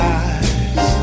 eyes